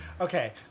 Okay